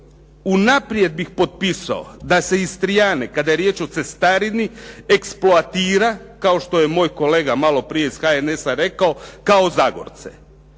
Unaprijed bih potpisao da se Istrijane kada je riječ o cestarini eksploatira kao što je moj kolega malo prije iz HNS-a rekao kao Zagorce.